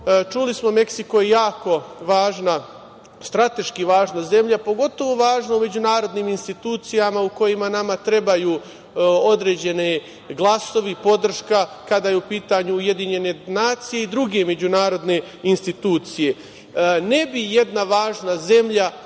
čuli smo da je Meksiko jako važna, strateški važna zemlja, pogotovo važna u međunarodnim institucijama u kojima nama trebaju određeni glasovi i podrška, kada su u pitanju UN i druge međunarodne institucije. Ne bi jedna važna zemlja